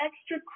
extra